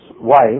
wife